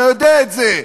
אתה יודע את זה,